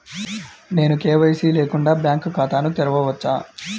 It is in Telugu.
నేను కే.వై.సి లేకుండా బ్యాంక్ ఖాతాను తెరవవచ్చా?